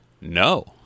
no